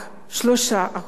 3% מסים,